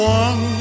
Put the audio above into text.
one